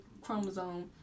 chromosome